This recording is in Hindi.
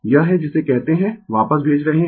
यह है जिसे कहते है वापस भेज रहे है